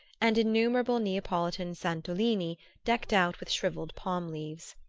and innumerable neapolitan santolini decked out with shrivelled palm-leaves.